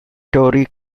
story